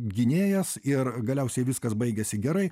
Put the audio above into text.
gynėjas ir galiausiai viskas baigiasi gerai